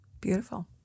Beautiful